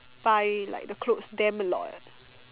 buy like the clothes damn a lot eh